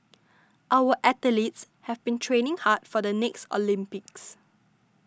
our athletes have been training hard for the next Olympics